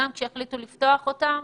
גם כשהתחילו לפתוח אותם